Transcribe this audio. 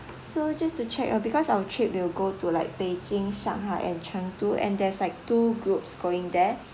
so just to check uh because our trip will go to like beijing shanghai and chengdu and there's like two groups going there